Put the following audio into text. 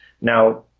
Now